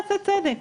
צדק.